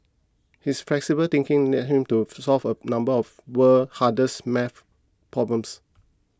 his flexible thinking led him to solve a number of world's hardest math problems